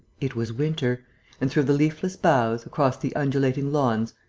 it was winter and, through the leafless boughs, across the undulating lawns,